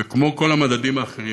וכמו כל המדדים האחרים.